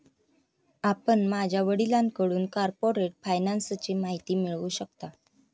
आपण माझ्या वडिलांकडून कॉर्पोरेट फायनान्सची माहिती मिळवू शकता